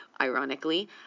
ironically